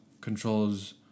controls